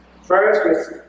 first